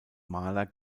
maler